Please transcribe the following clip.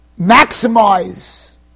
maximize